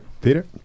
Peter